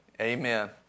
Amen